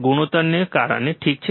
ગુણોત્તરને કારણે ઠીક છે